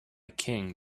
king